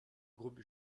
groupe